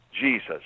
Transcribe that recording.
Jesus